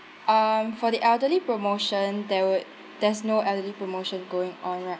um for the elderly promotion there would there's no elderly promotion going on right